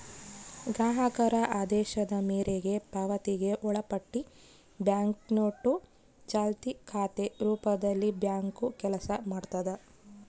ಗ್ರಾಹಕರ ಆದೇಶದ ಮೇರೆಗೆ ಪಾವತಿಗೆ ಒಳಪಟ್ಟಿ ಬ್ಯಾಂಕ್ನೋಟು ಚಾಲ್ತಿ ಖಾತೆ ರೂಪದಲ್ಲಿಬ್ಯಾಂಕು ಕೆಲಸ ಮಾಡ್ತದ